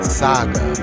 saga